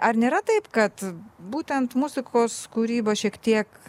ar nėra taip kad būtent muzikos kūryba šiek tiek